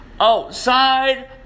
outside